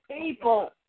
people